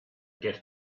get